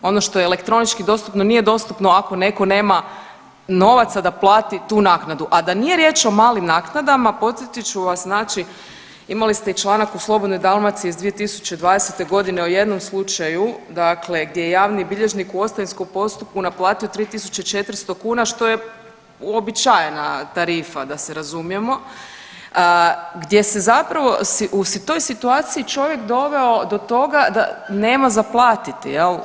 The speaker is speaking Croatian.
Ono što je elektronički dostupno nije dostupno ako netko nema novaca da plati tu naknadu, a da nije riječ o malim naknadama podsjetit ću vam znači imali ste i članak u Slobodnoj Dalmaciji iz 2020. godine o jednom slučaju dakle gdje je javni bilježnik u ostavinskom postupku naplatio 3.400 kuna što je uobičajena tarifa da se razumijemo, gdje se zapravo u toj situaciji čovjek doveo do toga da nema za platiti jel.